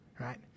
right